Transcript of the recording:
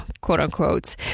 quote-unquote